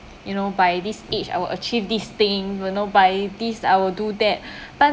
you know by this age I will achieve this thing you know by this I will do that but